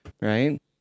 right